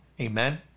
amen